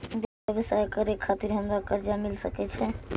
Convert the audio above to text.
व्यवसाय करे खातिर हमरा कर्जा मिल सके छे?